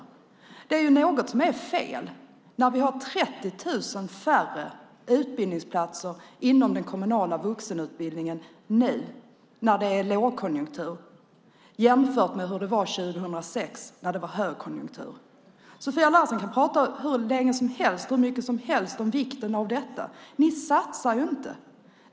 Något är fel när vi nu när det är lågkonjunktur har 30 000 färre utbildningsplatser inom den kommunala vuxenutbildningen än vi hade 2006 när det var högkonjunktur. Sofia Larsen kan prata hur länge och hur mycket som helst om vikten av detta. Men ni satsar ju inte.